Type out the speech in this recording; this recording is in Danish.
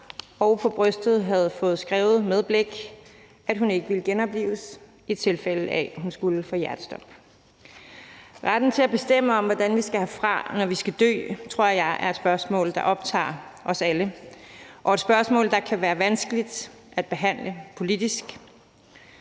og på brystet havde fået skrevet med blæk, at hun ikke ville genoplives, i tilfælde af at hun skulle få hjertestop. Retten til at bestemme, hvordan vi skal herfra, når vi skal dø, tror jeg er et spørgsmål, der optager os alle – og et spørgsmål, der kan være vanskeligt at behandle politisk.